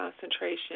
concentration